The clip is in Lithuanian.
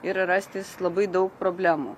ir rastis labai daug problemų